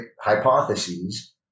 hypotheses